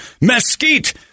mesquite